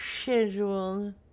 Schedule